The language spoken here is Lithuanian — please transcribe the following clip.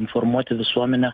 informuoti visuomenę